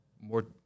more